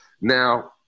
now